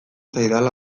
zaidala